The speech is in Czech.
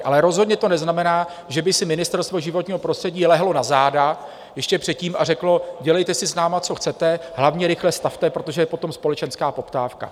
Ale rozhodně to neznamená, že by si Ministerstvo životního prostředí lehlo na záda ještě předtím a řeklo: Dělejte si s námi, co chcete, hlavně rychle stavte, protože je po tom společenská poptávka.